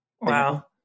Wow